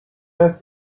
are